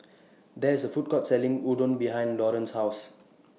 There IS A Food Court Selling Udon behind Lauren's House